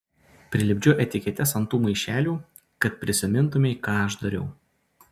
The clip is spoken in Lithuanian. prilipdžiau etiketes ant tų maišelių kad prisimintumei ką aš dariau